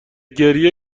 گریه